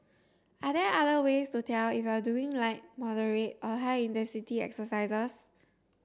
are there other ways to tell if you are doing light moderate or high intensity exercise